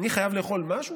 אני חייב לאכול משהו?